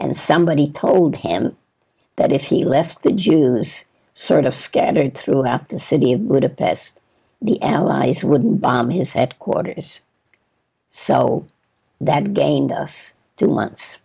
and somebody told him that if he left the jews sort of scattered throughout the city of budapest the allies would bomb his headquarters so that gained us two months